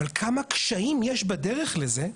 אבל כמה קשיים יש בדרך לזה.